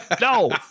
No